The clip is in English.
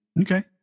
Okay